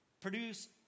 produce